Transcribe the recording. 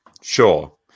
Sure